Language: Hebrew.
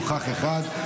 נוכח אחד.